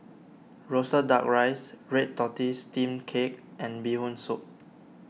Roasted Duck Rice Red Tortoise Steamed Cake and Bee Hoon Soup